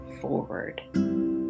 forward